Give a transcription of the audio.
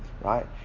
Right